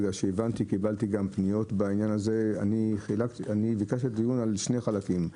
בגלל שקיבלתי גם פניות בעניין הזה ביקשתי את הדיון בשני חלקים.